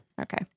Okay